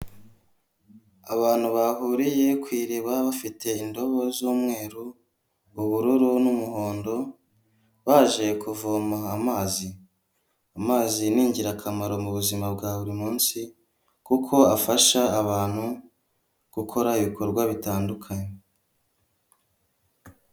Abantu bahuriye ku iriba bafite indabo z'umweru ubururu n'umuhondo baje kuvoma amazi, amazi ningirakamaro mu buzima bwa buri munsi kuko afasha abantu gukora ibikorwa bitandukanye.